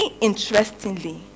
interestingly